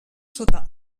sota